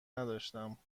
نداشتم